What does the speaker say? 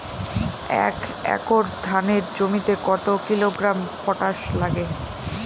এক একর ধানের জমিতে কত কিলোগ্রাম পটাশ লাগে?